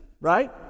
right